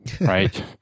right